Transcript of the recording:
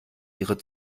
ihre